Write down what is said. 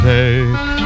take